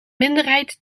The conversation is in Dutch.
minderheid